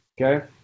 okay